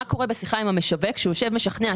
מה קורה בשיחה עם המשווק, כשהוא יושב ומשכנע?